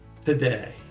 today